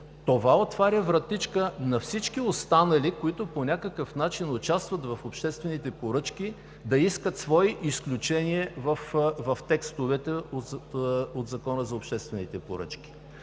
Това отваря вратичка на всички останали, които по някакъв начин участват в обществените поръчки, да искат свои изключения в текстовете от Закона за обществените поръчки.